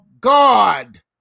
God